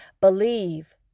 believe